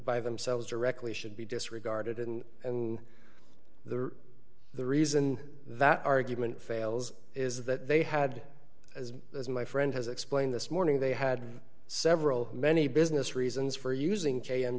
by themselves directly should be disregarded and and the the reason that argument fails is that they had as as my friend has explained this morning they had several many business reasons for using j